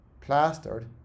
plastered